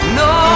no